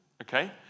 Okay